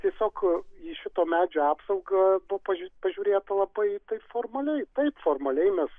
tiesiog į šito medžio apsaugą buvo pa pažiūrėta labai taip formaliai taip formaliai mes